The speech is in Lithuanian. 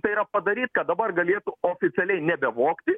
tai yra padaryt kad dabar galėtų oficialiai nebevogti